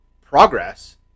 progress